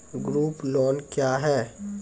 Group loan क्या है?